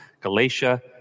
Galatia